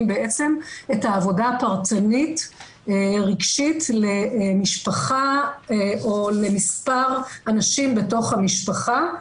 בעצם את העבודה הפרטנית רגשית למשפחה או למספר אנשים בתוך המשפחה.